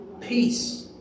peace